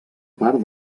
part